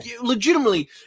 Legitimately